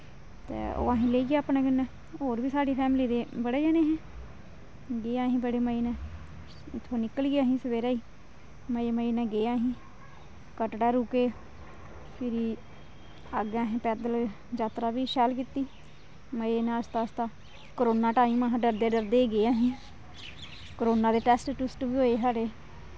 ते ओह् असेंगी लेई गे अपने कन्नै होर बी साढ़ी फैमली दे बड़े जने हे गे असीं बड़े मजे नै इत्थुं दा निकली गे असीं सवेरे गै मज़े मज़े नै गे असीं कटरै रुके फिर अग्गें असें पैदल जातरा बी शैल कीती मज़े नै आस्ता आस्ता करोना टाईम हा डरदे डरदे गै गे असीं करोना दे टैस्ट टुस्ट बी होए साढ़े